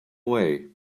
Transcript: way